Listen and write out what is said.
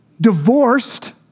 divorced